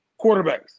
Quarterbacks